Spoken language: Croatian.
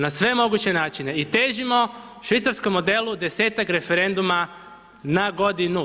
Na sve moguće načine i težimo švicarskom modelu, 10 referenduma na godinu.